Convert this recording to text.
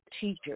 teacher